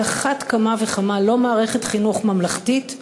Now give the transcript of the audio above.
על אחת כמה וכמה לא מערכת חינוך ממלכתית,